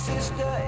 Sister